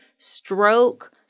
stroke